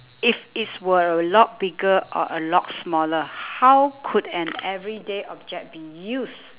if it were a lot bigger or a lot smaller how could an everyday object be used